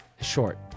Short